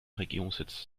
regierungssitz